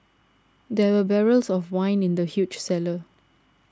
there were barrels of wine in the huge cellar